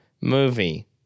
movie